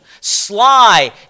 sly